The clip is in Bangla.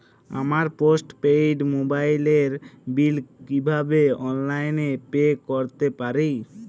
আমার পোস্ট পেইড মোবাইলের বিল কীভাবে অনলাইনে পে করতে পারি?